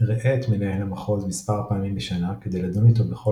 ראה את מנהל המחוז מספר פעמים בשנה כדי לדון איתו בכל